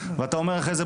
ואתה אומר אחרי זה,